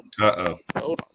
Uh-oh